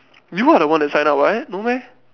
you are the one that sign up what no meh